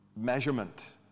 measurement